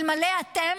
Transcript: אלמלא אתם,